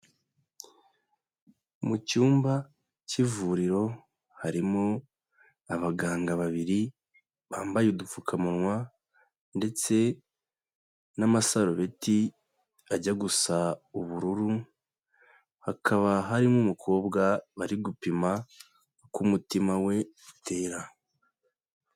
Mu cyumba cy'ivuriro harimo abaganga babiri bambaye udupfukamunwa ndetse n'amasarobeti ajya gusa ubururu, hakaba harimo umukobwa bari gupima uko umutima we utera.